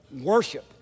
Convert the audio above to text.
worship